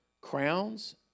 crowns